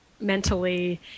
mentally